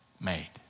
made